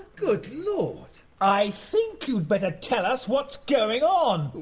good lord! i think you'd better tell us what's going on.